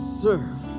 serve